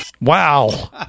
Wow